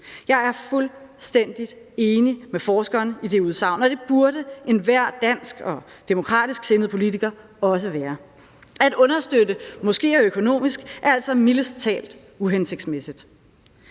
Jeg er fuldstændig enig med forskeren i det udsagn, og det burde enhver dansksindet og demokratisk sindet politiker også være. At understøtte moskeer økonomisk er altså mildest talt uhensigtsmæssigt.